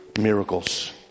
Miracles